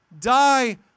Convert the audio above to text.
die